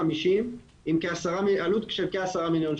350, עם עלות של כ- 10 מיליון.